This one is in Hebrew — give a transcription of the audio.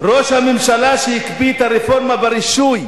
ראש הממשלה שהקפיא את הרפורמה ברישוי,